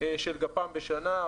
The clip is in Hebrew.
של גפ"מ בשנה.